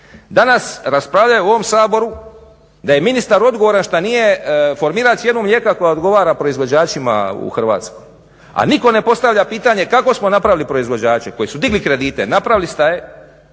danas raspravljaju u ovom saboru da je ministar odgovaran šta nije formirao cijenu mlijeka koja odgovara proizvođačima u Hrvatskoj. A nitko ne postavlja pitanje kako smo napravili proizvođače koji su digli kredite, napravili staje,